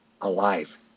alive